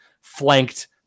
flanked